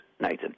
Nathan